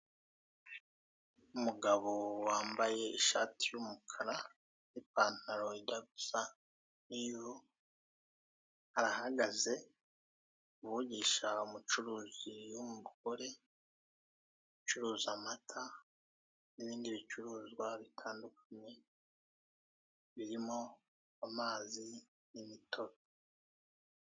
Umugabo wambaye ishati y'umukara nipantaro ijya gusa niyu... arahagaze ari kuvugisha umucuruzi w'umugore ucuruza amata n'ibindi bicuruzwa bitandukanye birimo amazi, imitobe.